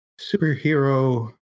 superhero